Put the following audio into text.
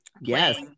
yes